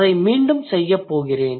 அதை மீண்டும் செய்யப் போகிறேன்